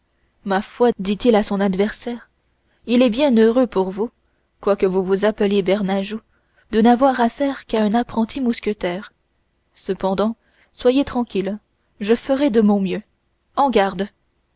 ma foi dit-il à son adversaire il est bien heureux pour vous quoique vous vous appeliez bernajoux de n'avoir affaire qu'à un apprenti mousquetaire cependant soyez tranquille je ferai de mon mieux en garde